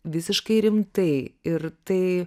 visiškai rimtai ir tai